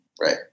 Right